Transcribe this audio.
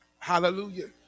Hallelujah